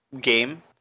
game